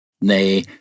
nay